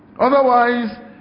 otherwise